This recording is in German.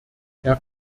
herr